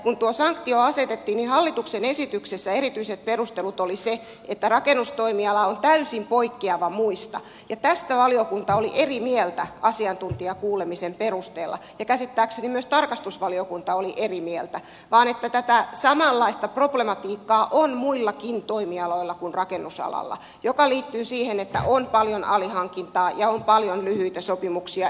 kun tuo sanktio asetettiin hallituksen esityksessä erityiset perustelut oli se että rakennustoimiala on täysin poikkeava muista ja tästä valiokunta oli eri mieltä asiantuntijakuulemisen perusteella ja käsittääkseni myös tarkastusvaliokunta oli eri mieltä sitä että tätä samanlaista problematiikkaa on muillakin toimialoilla kuin rakennusalalla mikä liittyy siihen että on paljon alihankintaa ja lyhyitä sopimuksia